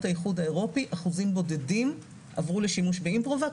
האיחוד האירופי אחוזים בודדים עברו לשימוש באימפרובק,